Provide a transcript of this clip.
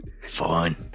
Fine